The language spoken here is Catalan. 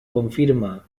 confirma